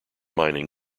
mining